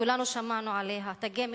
כולנו שמענו עליה: תגי מחיר,